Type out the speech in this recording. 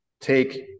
take